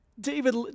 David